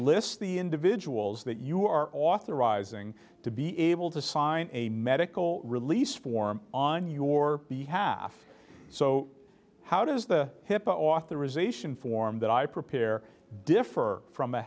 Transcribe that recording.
lists the individuals that you are authorizing to be able to sign a medical release form on your behalf so how does the hipaa authorization form that i prepare differ from a